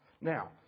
Now